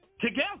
together